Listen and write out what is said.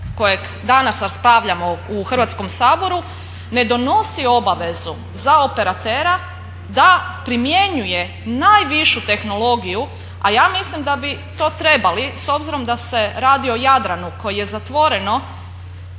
kojeg danas raspravljamo u Hrvatskom saboru ne donosi obavezu za operatera da primjenjuje najvišu tehnologiju, a ja mislim da bi to trebali s obzirom da se radi o Jadranu koji je zatvoreno